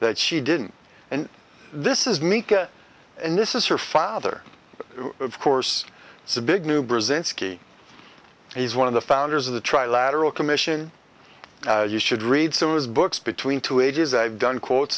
that she didn't and this is me and this is her father of course it's a big new brzezinski he's one of the founders of the trilateral commission you should read some of his books between two ages i've done quotes